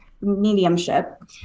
mediumship